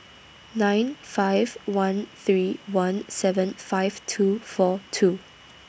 nine five one three one seven five two four two